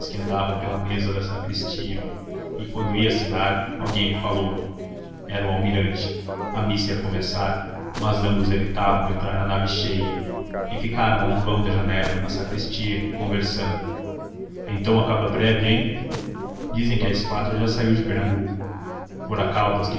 andavam pelas mesas da sacristia e quando ia assinar alguém lhe falou era o almirante a missa ia começar mas ambos evitaram entrar na nave cheia e ficaram a um vão da janela na sacristia conversando então acaba breve hein dizem que a esquadra já saiu de pernambuco fora caldas